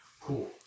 Cool